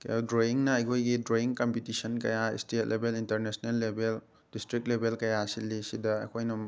ꯗ꯭ꯔꯣꯌꯤꯡꯅ ꯑꯩꯈꯣꯏꯒꯤ drawing competition ꯀꯌꯥ state level international level district level ꯀꯌꯥ ꯁꯤꯜꯂꯤꯁꯤꯗ ꯑꯩꯈꯣꯏꯅ